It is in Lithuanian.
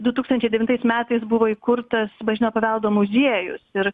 du tūkstančiai devintais metais buvo įkurtas bažnytinio paveldo muziejus ir